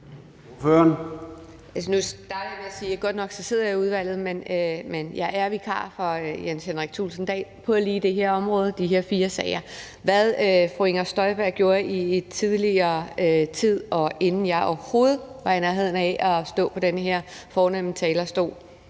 Nu startede jeg med at sige, at godt nok sidder jeg i udvalget, men jeg er vikar for hr. Jens Henrik Thulesen Dahl lige på det her område, altså i de her fire sager. Hvad fru Inger Støjberg gjorde i tidligere tider, inden jeg overhovedet var i nærheden af at stå på den her fornemme talerstol,